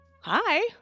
Hi